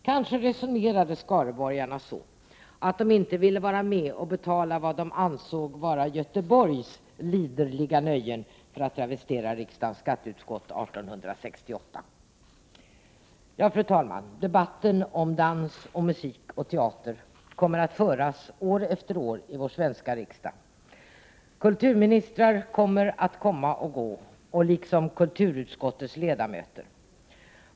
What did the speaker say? Kanske resonerade skaraborgarna så, att de inte ville vara med och betala vad de ansåg vara Göteborgs ”liderliga nöjen”, för att travestera riksdagens skatteutskott 1868. Ja, fru talman, debatten om dans, musik och teater kommer att föras år efter år i vår svenska riksdag. Kulturministrar kommer och går, liksom kulturutskottets ledamöter.